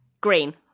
Green